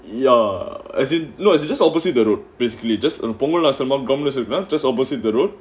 ya as in no as you just opposite the road basically just and punggol nasi lemak event just opposite the road